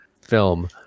film